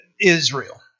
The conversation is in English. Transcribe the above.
Israel